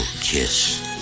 kiss